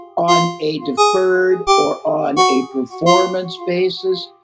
on a deferred or on a performance basis.